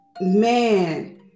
man